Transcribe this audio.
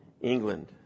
england